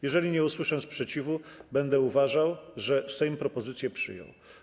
Jeżeli nie usłyszę sprzeciwu, będę uważał, że Sejm propozycję przyjął.